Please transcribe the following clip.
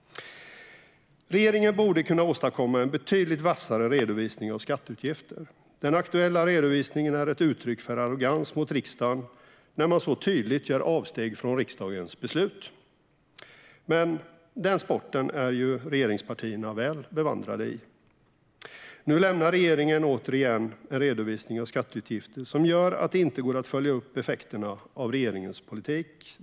Regeringen borde kunna åstadkomma en betydligt vassare redovisning av skatteutgifter. Den aktuella redovisningen är ett uttryck för arrogans mot riksdagen i och med att man så tydligt gör avsteg från riksdagens beslut. Men den sporten är ju regeringspartierna väl bevandrade i. Nu lämnar regeringen återigen en redovisning av skatteutgifter som gör att det inte går att följa upp effekterna av regeringens politik.